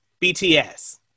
BTS